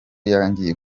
yatangiye